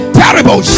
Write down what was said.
terrible